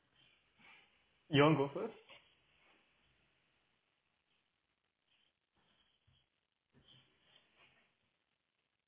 you want go first